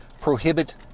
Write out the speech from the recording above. prohibit